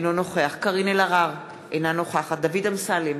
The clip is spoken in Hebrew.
אינו נוכח קארין אלהרר, אינה נוכחת דוד אמסלם,